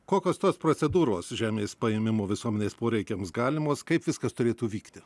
kokios tos procedūros žemės paėmimo visuomenės poreikiams galimos kaip viskas turėtų vykti